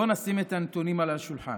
בואו נשים את הנתונים על השולחן.